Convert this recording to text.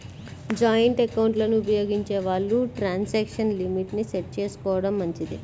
joint ఎకౌంట్లను ఉపయోగించే వాళ్ళు ట్రాన్సాక్షన్ లిమిట్ ని సెట్ చేసుకోడం మంచిది